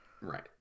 Right